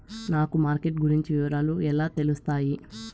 నాకు మార్కెట్ గురించి వివరాలు ఎలా తెలుస్తాయి?